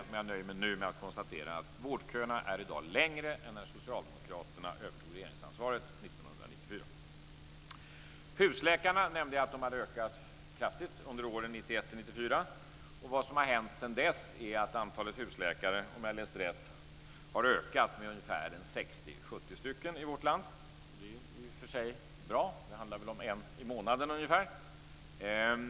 Men jag nöjer mig nu med att konstatera att vårdköerna är i dag längre än när Socialdemokraterna övertog regeringsansvaret 1994. Jag nämnde att antalet husläkare ökade kraftigt under åren 1991-1994. Vad som har hänt sedan dess är att antalet husläkare, om jag läst rätt, har ökat med ungefär 60-70 stycken i vårt land. Det är i och för sig bra. Det handlar om en i månaden ungefär.